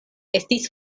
estis